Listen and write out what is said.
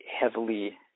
heavily